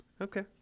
Okay